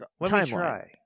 timeline